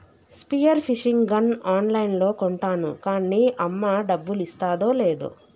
spear fishing gun on లైన్లో కొంటాను కాన్నీ అమ్మ డబ్బులిస్తాదో లేదో